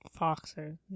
Foxer